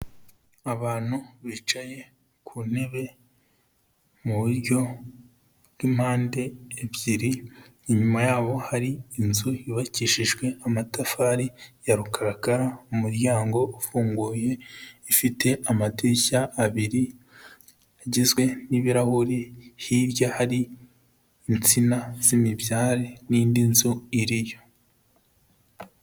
Abantu bicaye ku ntebe mu buryo bw'impande ebyiri, inyuma yabo hari inzu yubakishijwe amatafari ya rukarakara umuryango ufunguye ifite amadirishya abiri agizwe n'ibirahuri, hirya hari insina z'imibyare n'indi nzu iriyo.